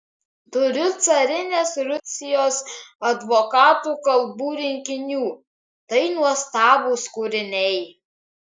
turiu carinės rusijos advokatų kalbų rinkinių tai nuostabūs kūriniai